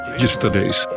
yesterday's